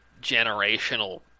generational